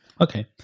Okay